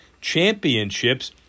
championships